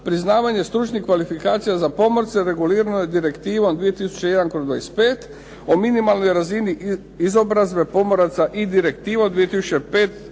Priznavanje stručnih kvalifikacija za pomorce regulirano je Direktivom 2001/25 o minimalnoj razini izobrazbe pomoraca i Direktivom 2005/45